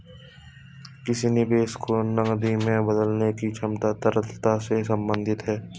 किसी निवेश को नकदी में बदलने की क्षमता तरलता से संबंधित है